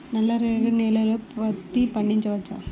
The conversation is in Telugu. నల్ల రేగడి నేలలో పత్తి పండించవచ్చా?